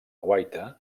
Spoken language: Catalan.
guaita